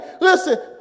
Listen